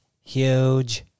huge